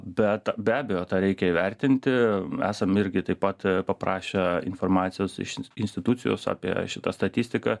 bet be abejo tą reikia įvertinti esam irgi taip pat paprašę informacijos iš institucijos apie šitą statistiką